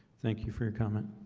thank you for your comment,